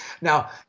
Now